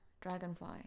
Dragonfly